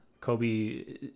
Kobe